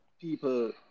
people